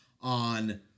on